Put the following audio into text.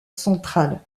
central